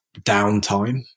downtime